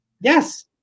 Yes